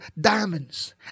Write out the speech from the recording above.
diamonds